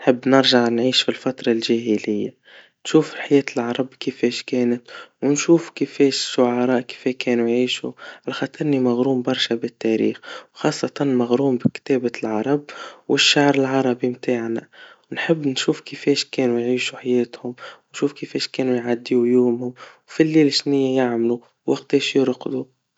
نحب نرجع نعيش في الفترة الجاهليا, نشوف حياة العرب كيفاش كانت, ونشوف كيفاش الشعراء كيف كانوا يعيشوا, ولخاطر إني مغروم برشا بالتاريخ, وخاصة مغروم بكتابة العرب والشعر العربي متاعنا, ونحب نشوف كيفاش كانوا يعيشوا حياتهم, ونشوف كيفاش كانوا يعديوا يومهم, وفالليل شنيا يعملوا, وكيفاش يرقدوا.